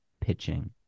pitching